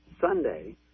Sunday